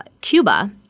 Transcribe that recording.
Cuba